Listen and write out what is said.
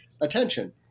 attention